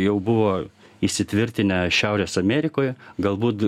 jau buvo įsitvirtinę šiaurės amerikoje galbūt